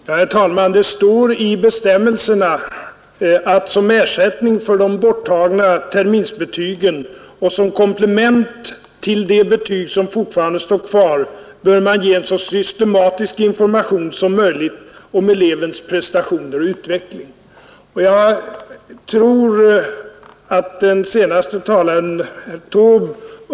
Herr talman! Det stär i bestämmelserna att man som ersättning för de borttagna betygen och som komplement till de betyg som fortfarande finns kvar bör ge en så systematisk information som möjligt om elevens prestationer och utveckling. Jag tror att den senaste talaren, herr Taube.